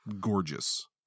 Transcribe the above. gorgeous